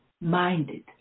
minded